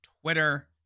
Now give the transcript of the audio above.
Twitter